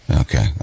Okay